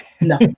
no